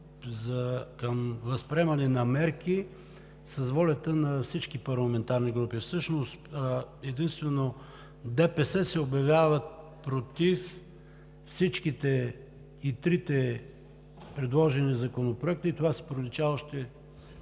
към възприемане на мерки с волята на всички парламентарни групи. Всъщност единствено ДПС се обявява против трите предложени законопроекта – това си пролича още